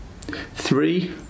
Three